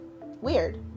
weird